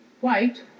white